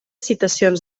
citacions